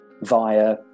via